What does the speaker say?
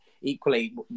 equally